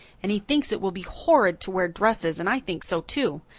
and he thinks it will be horrid to wear dresses and i think so too.